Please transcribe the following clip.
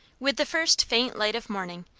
with the first faint light of morning,